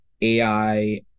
AI